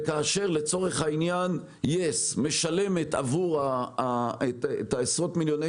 כאשר לצורך העניין יס משלמת עשרות מיליוני